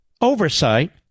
oversight